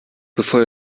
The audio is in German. bevor